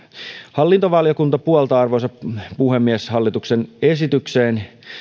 hallintovaliokunta puoltaa arvoisa puhemies hallituksen esitykseen